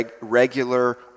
regular